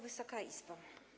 Wysoka Izbo!